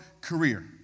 career